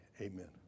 amen